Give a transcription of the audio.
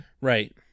Right